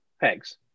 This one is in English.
pegs